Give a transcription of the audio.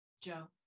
Joe